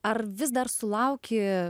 ar vis dar sulauki